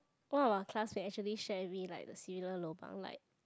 one of our classmate actually share with me like the lobang like